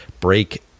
break